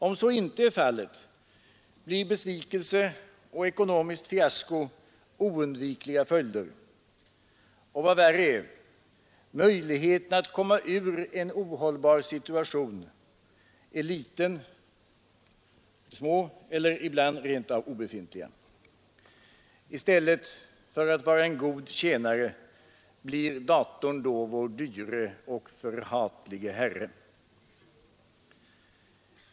Om så inte är fallet blir besvikelse och ekonomiskt fiasko oundvikliga följder. Och vad värre är — möjligheten att komma ur en ohållbar situation är liten, eller ibland rent av obefintlig. I stället för att vara en god tjänare blir datorn då vår dyre och förhatlige herre.